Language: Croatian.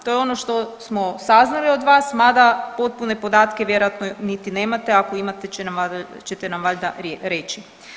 To je ono što smo saznali od vas, mada potpune podatke vjerojatno niti nemate, ako imate ćete nam valjda reći.